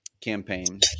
campaign